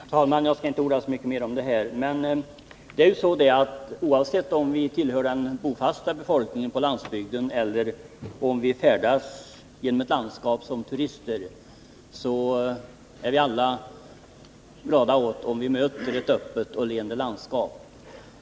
Herr talman! Jag skall inte orda så mycket mer om detta, men oavsett om vi tillhör den fasta befolkningen på landsbygden eller om vi färdas genom ett landskap som turister, är vi alla glada åt om vi möter ett öppet och leende landskap.